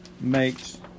makes